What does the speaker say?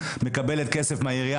מקבלת כסף מהעירייה,